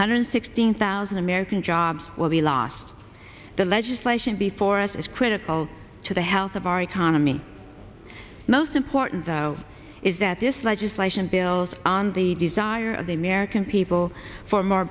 hundred sixteen thousand american jobs will be lost the legislation before us is critical to the health of our economy most important though is that this legislation bills on the desire of the american people for more